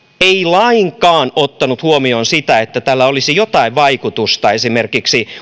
ei lainkaan ottanut huomioon sitä että tällä olisi jotain vaikutusta esimerkiksi